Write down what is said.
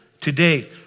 today